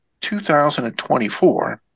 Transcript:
2024